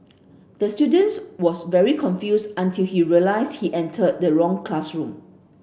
the student was very confused until he realised he entered the wrong classroom